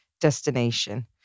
destination